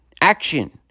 Action